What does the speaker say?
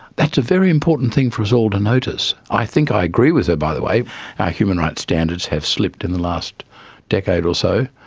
that's a very important thing for us all to notice. i think i agree with her, by the way. our human rights standards have slipped in the last decade or so,